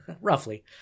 Roughly